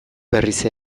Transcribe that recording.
berriz